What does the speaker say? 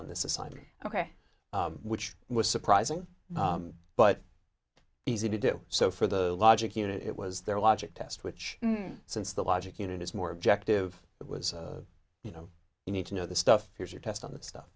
in the society ok which was surprising but easy to do so for the logic unit it was their logic test which since the logic unit is more objective it was you know you need to know the stuff here's your test on that stuff